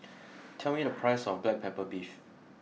tell me the price of Black Pepper Beef